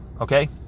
okay